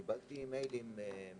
גם קיבלתי מיילים שדרכם